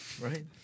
Right